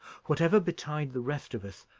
whatever betide the rest of us,